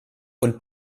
und